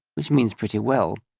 which means pretty well,